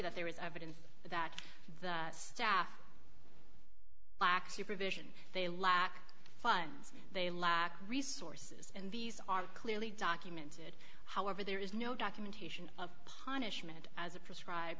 that there is evidence that the staff lacked supervision they lack funds they lack resources and these are clearly documented however there is no documentation hunnish meant as a prescribe